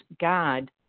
God